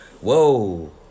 Whoa